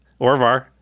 orvar